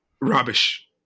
rubbish